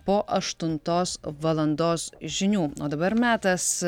po aštuntos valandos žinių o dabar metas